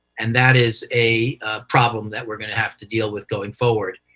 and that is a problem that we're going to have to deal with going forward.